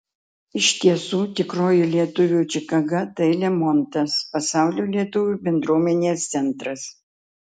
iš tiesų tikroji lietuvių čikaga tai lemontas pasaulio lietuvių bendruomenės centras